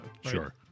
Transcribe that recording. Sure